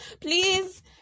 please